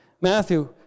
Matthew